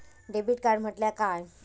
Debit card म्हटल्या काय?